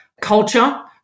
culture